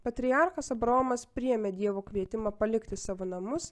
patriarchas abraomas priėmė dievo kvietimą palikti savo namus